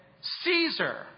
Caesar